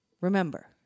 remember